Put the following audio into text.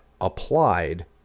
applied